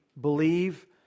believe